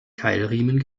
keilriemen